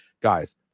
Guys